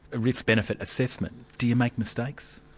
a risk benefit assessment do you make mistakes?